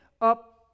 up